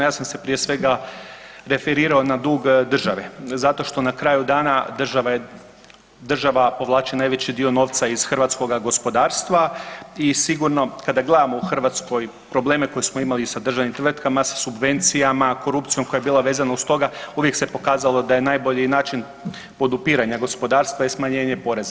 Ja sam se prije svega referirao na dug države zato što na kraju dana država povlači najveći dio novca iz hrvatskoga gospodarstva i sigurno kada gledamo u Hrvatskoj probleme koje smo imali sa državnim tvrtkama, sa subvencijom, sa korupcijom koja je bila vezana uz to uvijek se pokazalo da je najbolji način podupiranja gospodarstva je smanjenje poreza.